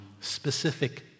specific